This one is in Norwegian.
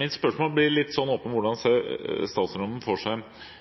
Mitt spørsmål blir om hvordan statsråden ser for seg oppfølgingen av disse direktivene og betydningen av det, men også hvordan han som statsråd i Norge kan påvirke disse prosessene innad i EU. Med fare for